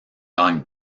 gagne